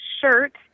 shirt